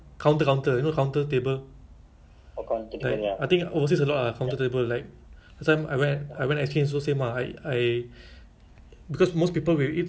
the counter table is like just one person ah then you face the you face nobody ah like you know face like a the wall or something ah so it's like against the wall kan